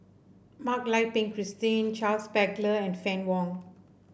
Mak Lai Peng Christine Charles Paglar and Fann Wong